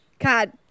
God